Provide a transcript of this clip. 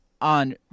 on